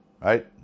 right